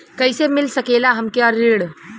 कइसे मिल सकेला हमके ऋण?